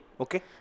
Okay